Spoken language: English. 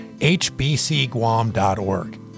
hbcguam.org